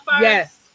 yes